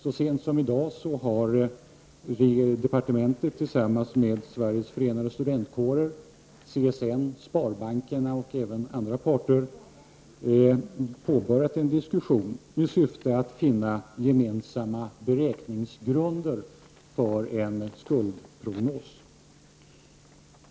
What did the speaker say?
Så sent som i dag har departementet tillsammans med Sveriges förenade studentkårer, CSN, Sparbanken och även andra parter påbörjat en diskussion i syfte att finna gemensamma beräkningsgrunder för en skuldprognos.